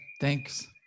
Thanks